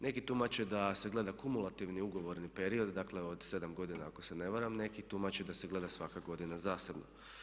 Neki tumače da se gleda kumulativni ugovorni period, dakle od 7 godina ako se ne varam, neki tumače da se gleda svaka godina zasebno.